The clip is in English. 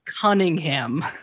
Cunningham